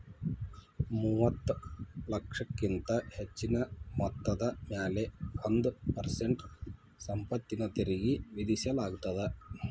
ಮೂವತ್ತ ಲಕ್ಷಕ್ಕಿಂತ ಹೆಚ್ಚಿನ ಮೊತ್ತದ ಮ್ಯಾಲೆ ಒಂದ್ ಪರ್ಸೆಂಟ್ ಸಂಪತ್ತಿನ ತೆರಿಗಿ ವಿಧಿಸಲಾಗತ್ತ